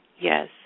Yes